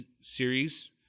series